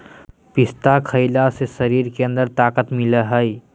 पिस्ता खईला से शरीर के अंदर से ताक़त मिलय हई